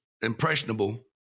impressionable